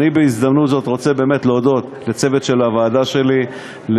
בהזדמנות זאת אני רוצה להודות לצוות של הוועדה שלי,